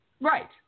Right